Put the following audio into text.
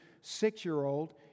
six-year-old